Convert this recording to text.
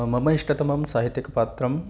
मम इष्टतमं साहित्यिकपात्रम्